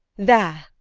there!